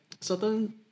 certain